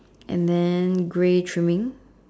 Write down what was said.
and then grey trimming